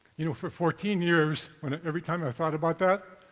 you know for fourteen years, every time i thought about that,